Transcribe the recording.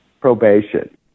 Probation